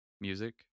music